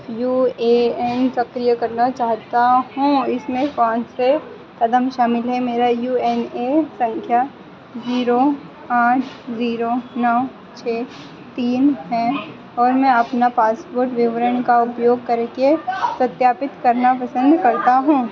मैं अपना P F U A N सक्रिय करना चाहता हूँ इसमें कौन से कदम शामिल हैं मेरा यू ए एन सँख्या ज़ीरो आठ ज़ीरो नौ छह तीन है और मैं अपने पासपोर्ट विवरण का उपयोग करके सत्यापित करना पसन्द करता हूँ